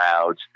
crowds